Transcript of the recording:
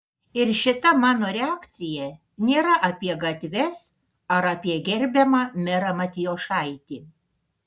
ir šita mano reakcija nėra apie gatves ar apie gerbiamą merą matijošaitį